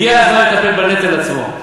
הגיע הזמן לטפל בנטל עצמו.